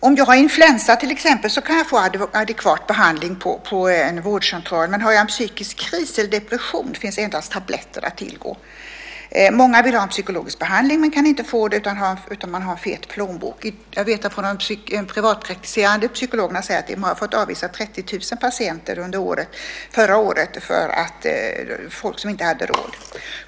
Om jag har till exempel influensa kan jag få adekvat behandling på en vårdcentral, men har jag en psykisk kris eller depression finns endast tabletter att tillgå. Många vill ha en psykologisk behandling men kan inte få det utan att ha en fet plånbok. De privatpraktiserande psykologerna säger att de fick avvisa 30 000 patienter under förra året, folk som inte hade råd.